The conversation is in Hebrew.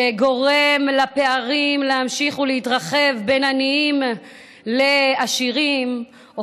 שגורם לפערים בין עניים לעשירים להמשיך ולהתרחב,